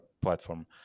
platform